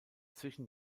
zwischen